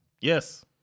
Yes